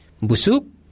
Busuk